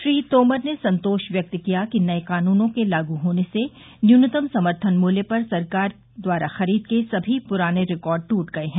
श्री तोमर ने संतोष व्यक्त किया कि नए कानूनों के लागू होने से न्यूनतम समर्थन मूल्य पर सरकार द्वारा खरीद के सभी पुराने रिकॉर्ड दूट गए हैं